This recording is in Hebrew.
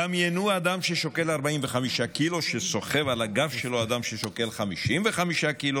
דמיינו אדם ששוקל 45 קילו שסוחב על הגב שלו אדם ששוקל 55 קילו,